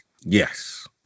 Yes